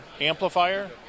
amplifier